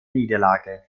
niederlage